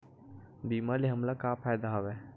बीमा ले हमला का फ़ायदा हवय?